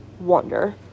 wonder